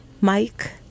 Mike